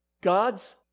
God's